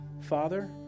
Father